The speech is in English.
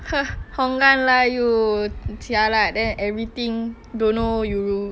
!huh! lah you then everything don't know you